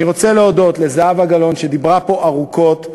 אני רוצה להודות לזהבה גלאון, שדיברה פה ארוכות: